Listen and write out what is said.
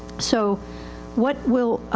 so what will, ah,